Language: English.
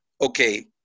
okay